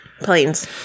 Planes